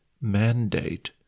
mandate